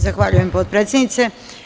Zahvaljujem, potpredsednice.